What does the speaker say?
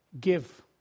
Give